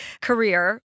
career